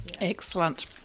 Excellent